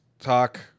talk